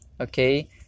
okay